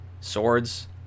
swords